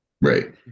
Right